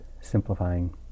simplifying